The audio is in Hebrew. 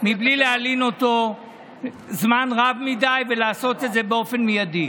בלי להלין אותו זמן רב מדי ולעשות את זה באופן מיידי.